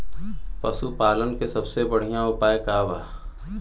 पशु पालन के सबसे बढ़ियां उपाय का बा?